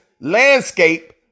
landscape